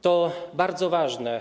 To bardzo ważne.